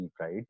right